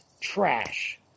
trash